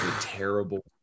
terrible